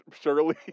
Surely